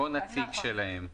או נציג שלהם.